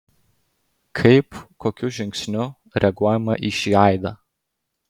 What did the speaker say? kaip kokiu žingsniu reaguojama į šį aidą